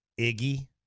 Iggy